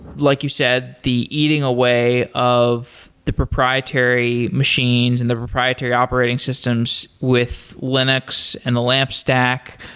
like you said, the eating away of the proprietary machines and the proprietary operating systems with linux and the lamp stack.